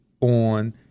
on